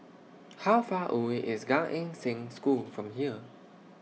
How Far away IS Gan Eng Seng School from here